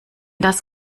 das